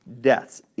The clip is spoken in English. deaths